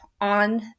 on